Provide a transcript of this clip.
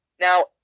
Now